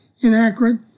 inaccurate